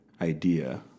idea